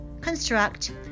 construct